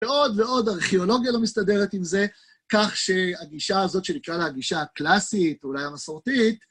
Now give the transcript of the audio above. ועוד ועוד ארכיאולוגיה לא מסתדרת עם זה, כך שהגישה הזאת, שנקרא לה הגישה הקלאסית או אולי המסורתית,